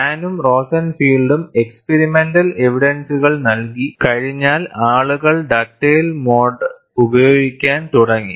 ഹാനും റോസെൻഫീൽഡും എക്സ്പിരിമെന്റൽ എവിടെൻസ്സുകൾ നൽകി കഴിഞ്ഞാൽ ആളുകൾ ഡഗ്ഡേൽ മോഡ് ഉപയോഗിക്കാൻ തുടങ്ങി